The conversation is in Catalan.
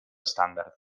estàndard